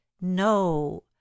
No